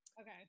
Okay